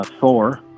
Thor